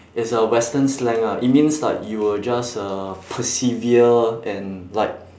it's a western slang ah it means like you will just uh persevere and like